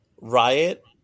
Riot